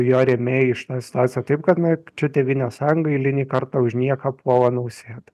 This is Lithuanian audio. jo rėmėjai šitoj situacijoj taip kad na čia tėvynės sąjunga eilinį kartą už nieką puola nausėdą